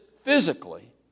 physically